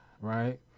right